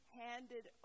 handed